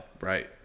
Right